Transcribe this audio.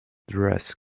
dress